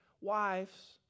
wives